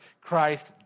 Christ